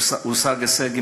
הושג הישג,